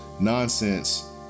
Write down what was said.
nonsense